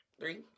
Three